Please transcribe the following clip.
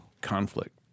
conflict